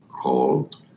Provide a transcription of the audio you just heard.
cold